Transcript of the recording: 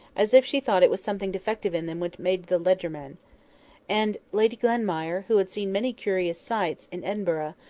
as if she thought it was something defective in them which made the legerdemain and lady glenmire, who had seen many curious sights in edinburgh,